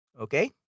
okay